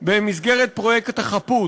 במסגרת פרויקט החפות,